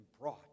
brought